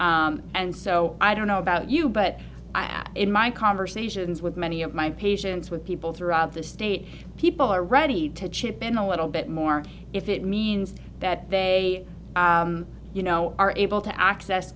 y and so i don't know about you but i have in my conversations with many of my patients with people throughout this people are ready to chip in a little bit more if it means that they you know are able to access